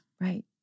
Right